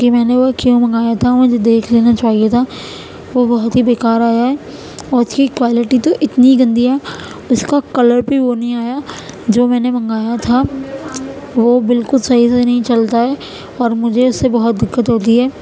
کہ میں نے وہ کیوں منگایا تھا مجھے دیکھ لینا چاہیے تھا وہ بہت ہی بے کار آیا ہے اس کی کوالیٹی تو اتنی گندی ہے اس کا کلر بھی وہ نہیں آیا جو میں نے منگایا تھا وہ بالکل صحیح سے نہیں چلتا ہے اور مجھے اس سے بہت دقت ہوتی ہے